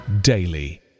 daily